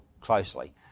closely